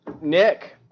nick